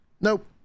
Nope